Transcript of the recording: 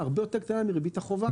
הרבה יותר קטנה מריבית החובה.